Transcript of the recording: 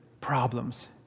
problems